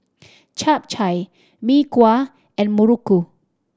Chap Chai Mee Kuah and muruku